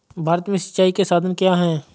भारत में सिंचाई के साधन क्या है?